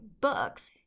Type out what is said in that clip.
books